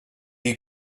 you